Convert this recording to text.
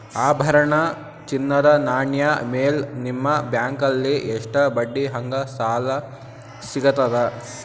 ಆಭರಣ, ಚಿನ್ನದ ನಾಣ್ಯ ಮೇಲ್ ನಿಮ್ಮ ಬ್ಯಾಂಕಲ್ಲಿ ಎಷ್ಟ ಬಡ್ಡಿ ಹಂಗ ಸಾಲ ಸಿಗತದ?